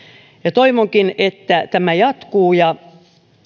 toivonkin että tämä jatkuu ja